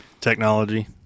Technology